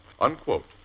Unquote